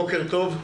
בוקר טוב.